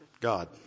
God